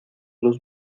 luz